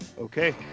Okay